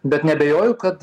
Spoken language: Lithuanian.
bet neabejoju kad